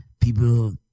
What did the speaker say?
people